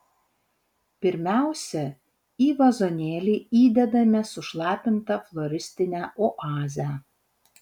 pirmiausia į vazonėlį įdedame sušlapintą floristinę oazę